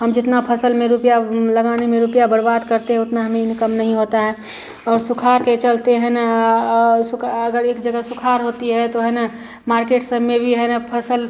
हम जितना फ़सल में रुपया हम लगाने में रुपया बर्बाद करते हैं उतना हमें इन्कम नहीं होता है और सुखाड़ के चलते है न और सुखा अगर एक जगह सुखाड़ होती है तो है न मार्केट सबमें भी है न फ़सल